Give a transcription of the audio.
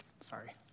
Sorry